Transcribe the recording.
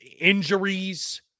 injuries